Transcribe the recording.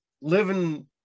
living